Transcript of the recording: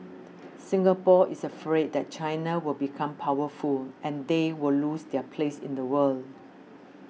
Singapore is afraid that China will become powerful and they will lose their place in the world